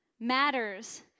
matters